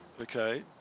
Okay